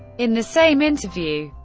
in the same interview,